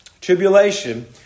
Tribulation